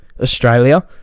Australia